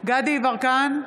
גדי יברקן,